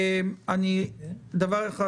אני אומר עוד פעם: דבר אחד,